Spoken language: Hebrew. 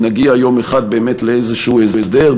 אם נגיע יום אחד באמת לאיזשהו הסדר,